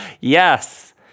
Yes